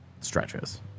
stretches